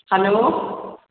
hello